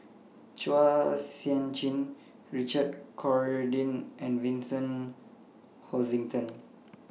Chua Sian Chin Richard Corridon and Vincent Hoisington